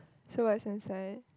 so what's inside